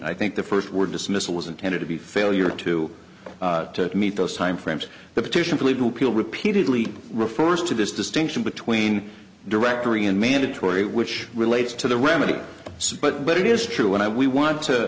i think the first word dismissal was intended to be failure to meet those timeframes the petition for legal people repeatedly refers to this distinction between directory and mandatory which relates to the remedy but but it is true when i we want